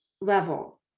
level